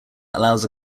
allows